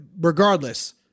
regardless